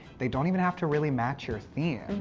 they don't even have to really match your theme.